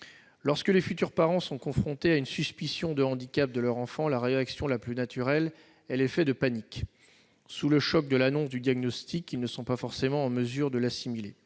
Lorsque les futurs parents sont confrontés à une suspicion de handicap de leur enfant, la réaction la plus naturelle est l'effet de panique. Sous le choc de l'annonce du diagnostic, ils ne sont pas forcément en mesure de l'assimiler.